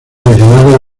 regionales